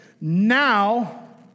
Now